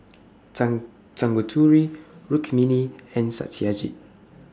Tang Tanguturi Rukmini and Satyajit